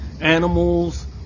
animals